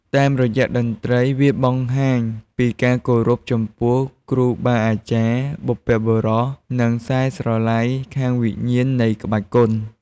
តាមរយៈតន្រី្តវាបង្ហាញពីការគោរពចំពោះគ្រូបាអាចារ្យ បុព្វបុរស និងខ្សែស្រឡាយខាងវិញ្ញាណនៃក្បាច់គុន។